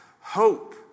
hope